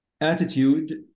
Attitude